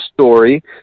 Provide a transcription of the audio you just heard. story